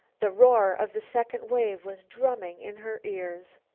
the roar of the second wave was drumming in her ears.